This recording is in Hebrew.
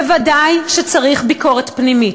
בוודאי שצריך ביקורת פנימית.